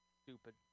stupid